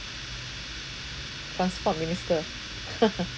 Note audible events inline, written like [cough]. transport minister [laughs]